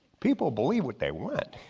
people believe what they want.